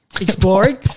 exploring